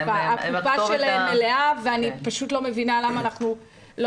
הקופה שלהם מלאה ואני פשוט לא מבינה למה אנחנו לא